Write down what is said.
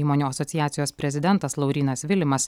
įmonių asociacijos prezidentas laurynas vilimas